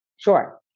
Sure